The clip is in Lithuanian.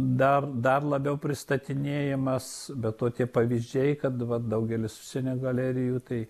dar dar labiau pristatinėjamas be to tie pavyzdžiai kad vat daugelis užsienio galerijų kai